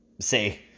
say